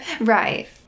Right